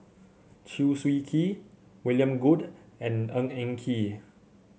Chew Swee Kee William Goode and Ng Eng Kee